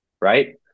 Right